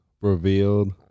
revealed